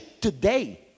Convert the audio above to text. today